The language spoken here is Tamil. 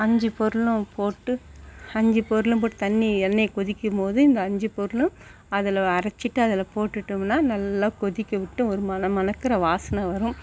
அஞ்சு பொருளும் போட்டு அஞ்சு பொருளும் போட்டு தண்ணி எண்ணெய் கொதிக்கும்மோது இந்த அஞ்சு பொருளும் அதில் அரைச்சிட்டு அதில் போட்டுட்டோமுன்னா நல்லா கொதிக்கவிட்டு ஒரு மணமணக்கிற வாசனை வரும்